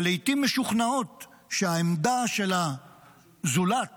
שלעיתים משוכנעות שהעמדה של הזולת